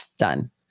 done